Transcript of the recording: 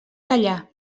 callar